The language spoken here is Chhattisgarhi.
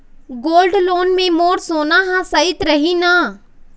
गोल्ड लोन मे मोर सोना हा सइत रही न?